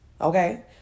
okay